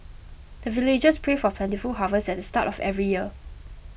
the villagers pray for plentiful harvest at the start of every year